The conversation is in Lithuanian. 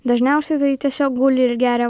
dažniausiai tai tiesiog guli ir geria vaistus